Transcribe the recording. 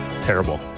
terrible